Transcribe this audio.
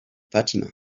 fatima